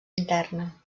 interna